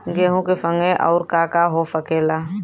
गेहूँ के संगे अउर का का हो सकेला?